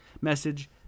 message